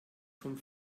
vom